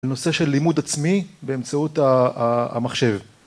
לנושא של לימוד עצמי באמצעות המחשב.